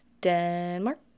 denmark